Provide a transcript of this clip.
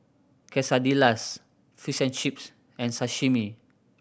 Quesadillas Fish and Chips and Sashimi